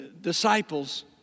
disciples